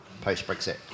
post-Brexit